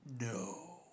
No